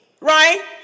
right